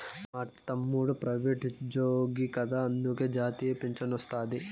మా తమ్ముడు ప్రైవేటుజ్జోగి కదా అందులకే జాతీయ పింఛనొస్తాది